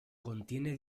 contiene